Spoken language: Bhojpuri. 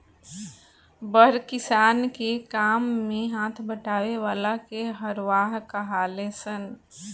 बड़ किसान के काम मे हाथ बटावे वाला के हरवाह कहाले सन